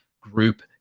group